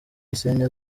gisenyi